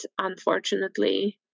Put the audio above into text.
unfortunately